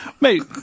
Mate